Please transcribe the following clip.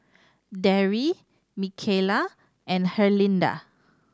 Darry Mikalah and Herlinda